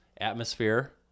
atmosphere